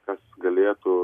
kas galėtų